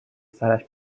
سرش